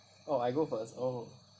oh I go first oh